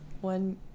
one